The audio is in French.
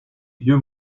vieux